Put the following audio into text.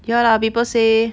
ya lah people say